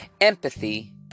empathy